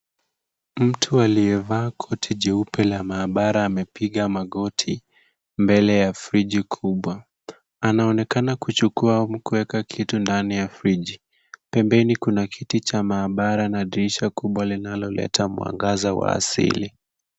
Mtu aliyevaa koti jeupe la maabara amepiga magoti mbele ya friji kubwa. Anaonekana kuchukua au kuweka kitu ndani ya friji. Pembeni kuna kiti cha maabara na dirisha kubwa linaloleta mwangaza wa asili.